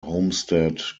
homestead